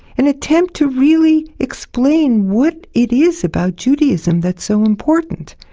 an attempt to really explain what it is about judaism that's so important.